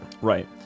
right